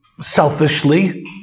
selfishly